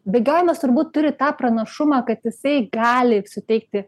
bėgiojimas turbūt turi tą pranašumą kad jisai gali suteikti